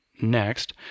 next